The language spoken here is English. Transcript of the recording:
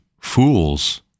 fools